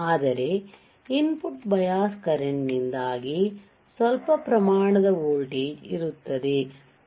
ಆದರೆ input bias current ನಿಂದಾಗಿ ಸ್ವಲ್ಪ ಪ್ರಮಾಣದ ವೋಲ್ಟೇಜ್ ಇರುತ್ತದೆ